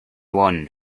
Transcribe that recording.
one